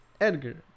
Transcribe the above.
Edgar